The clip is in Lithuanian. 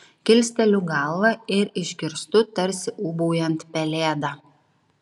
kilsteliu galvą ir išgirstu tarsi ūbaujant pelėdą